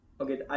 Okay